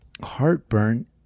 heartburn